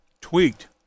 Tweaked